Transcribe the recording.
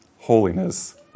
holiness